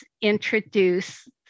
introduce